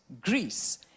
Greece